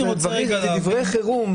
אני מדבר על מקרי חירום.